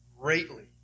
greatly